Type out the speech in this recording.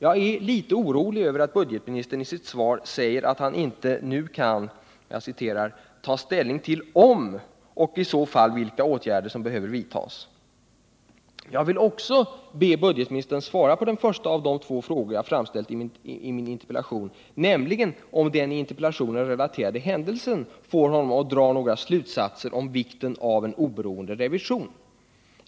Jag är litet orolig över att budgetministern i sitt svar sade att han inte nu kan ”ta ställning till om åtgärder bör vidtas och i så fall vilka”. Vidare skulle jag av budgetoch ekonomiministern vilja ha ett svar på den första av de två frågor som jag framställt i min interpellation, nämligen om den i interpellationen relaterade händelsen får herr Mundebo att dra några slutsatser om vikten av en oberoende revision.